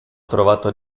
trovato